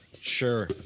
Sure